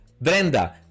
Brenda